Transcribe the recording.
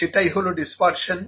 সেটাই হলো ডিসপারশন